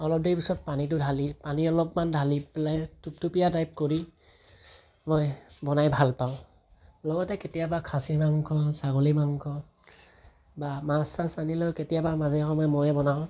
অলপ দেৰি পিছত পানীটো ঢালি পানী অলপমান ঢালি পেলাই থুপথুপীয়া টাইপ কৰি মই বনাই ভাল পাওঁ লগতে কেতিয়াবা খাচী মাংস ছাগলী মাংস বা মাছ চাছ আনিলেও কেতিয়াবা মাজে সময়ে ময়ে বনাওঁ